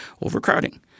overcrowding